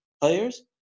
players